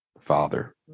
Father